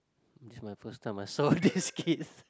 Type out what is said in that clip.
this is my first time I saw this kith